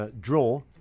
draw